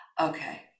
Okay